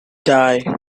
die